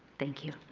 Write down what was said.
thank you.